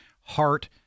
heart